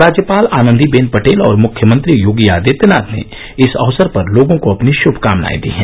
राज्यपाल आनंदीबेन पटेल और मुख्यमंत्री योगी आदित्यनाथ ने इस अवसर पर लोगों को अपनी शभकामनाएं दी हैं